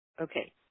Okay